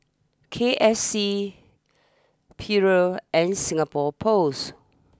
K I C Perrier and Singapore post